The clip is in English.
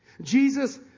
Jesus